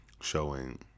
showing